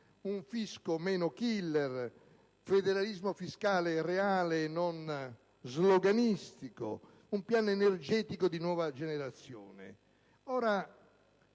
un fisco meno *killer*, un federalismo fiscale reale e non sloganistico, un piano energetico di nuova generazione.